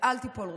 ואל תיפול רוחכם.